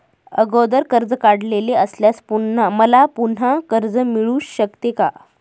अगोदर कर्ज काढलेले असल्यास मला पुन्हा कर्ज मिळू शकते का?